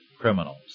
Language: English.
criminals